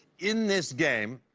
in this game,